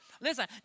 listen